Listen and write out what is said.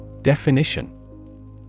Definition